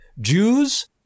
Jews